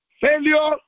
failure